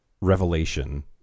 revelation